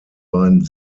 beiden